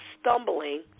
stumbling